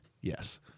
Yes